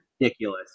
ridiculous